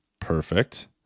perfect